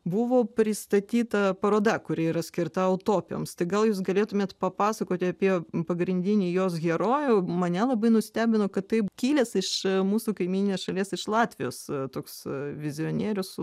buvo pristatyta paroda kuri yra skirta utopijoms tai gal jūs galėtumėt papasakoti apie pagrindinį jos herojų mane labai nustebino kad tai kilęs iš mūsų kaimyninės šalies iš latvijos toks vizionierius